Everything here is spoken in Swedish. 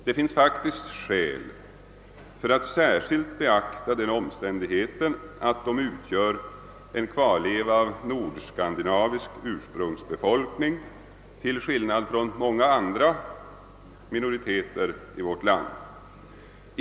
Det finns skäl att särskilt beakta den omständigheten att de utgör en kvarleva av nordskandinavisk ursprungsbefolkning till skillnad från många andra minoriteter i vårt land.